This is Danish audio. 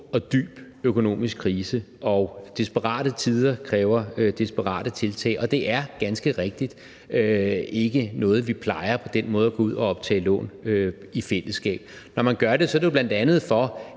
og dyb økonomisk krise, og desperate tider kræver desperate tiltag, og det er ganske rigtigt ikke noget, vi plejer at gøre, altså på den måde gå ud og optage lån i fællesskab. Når man gør det, er det jo bl.a., fordi